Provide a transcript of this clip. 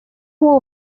war